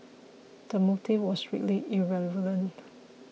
the motive was strictly irrelevant